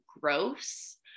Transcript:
gross